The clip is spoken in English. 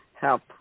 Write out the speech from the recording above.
Help